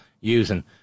using